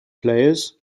players